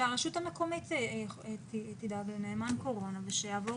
שהרשות המקומית תדאג לנאמן קורונה ושיעבור